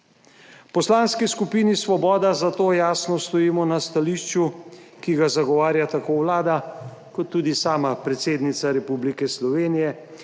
Poslanski skupini Svoboda zato jasno stojimo na stališču, ki ga zagovarja tako Vlada kot tudi sama predsednica Republike Slovenije